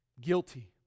Guilty